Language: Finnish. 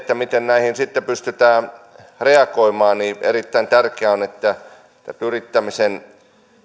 miten näihin sitten pystytään reagoimaan niin erittäin tärkeää on että yrittämisen